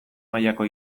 mailako